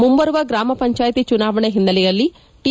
ಮುಂಬರುವ ಗ್ರಾಮ ಪಂಚಾಯಿತಿ ಚುನಾವಣೆ ಹಿನ್ನೆಲೆಯಲ್ಲಿ ಟಿ